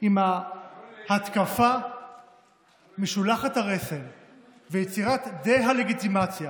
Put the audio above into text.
עם ההתקפה משולחת הרסן ויצירת הדה-לגיטימציה